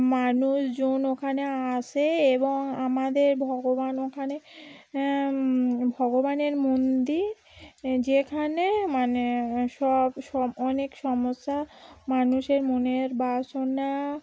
মানুষজন ওখানে আসে এবং আমাদের ভগবান ওখানে ভগবানের মন্দির যেখানে মানে সব সব অনেক সমস্যা মানুষের মনের বাসনা